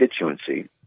constituency